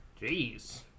Jeez